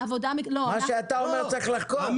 מה שאתה אומר צריך לחקור.